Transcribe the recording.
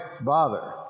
bother